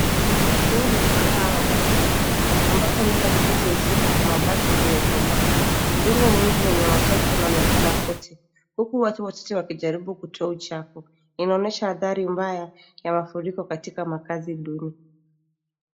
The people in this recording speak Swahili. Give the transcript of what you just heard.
Huu ni mkaa wa mafuriko ambapo nyumba zote zio kwa mabati zimebomoka. Udongo mwingi wenye matope unaonekana kwote huku watu wachache wakijaribu kutoa uchafu, inaonyesha hadhari mbaya ya mafuriko katika makazi duni.